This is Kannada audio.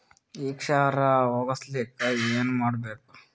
ಈ ಕ್ಷಾರ ಹೋಗಸಲಿಕ್ಕ ಏನ ಮಾಡಬೇಕು?